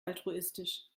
altruistisch